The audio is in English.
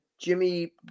Jimmy